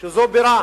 שזו בירה,